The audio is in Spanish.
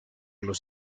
los